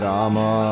Rama